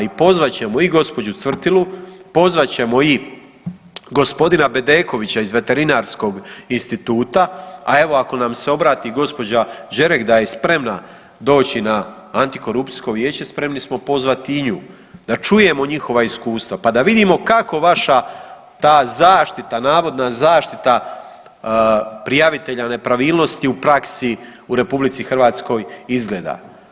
I pozvat ćemo i gospođu Cvrtilu, pozvat ćemo i gospodina Bedekovića iz Veterinarskog instituta, a evo ako nam se obrati i gospođa Đerek da je spremna doći na antikorupcijsko vijeće spremni smo pozvati i nju, da čujemo njihova iskustva, pa da vidimo kako vaša ta zaštita navodna zaštita prijavitelja nepravilnosti u praksi u RH izgleda.